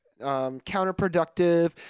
counterproductive